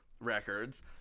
records